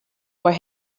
were